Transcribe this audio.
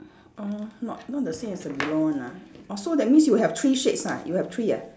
orh not not the same as the below one ah orh so that means you have three shades ah you have three ah